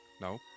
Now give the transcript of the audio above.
No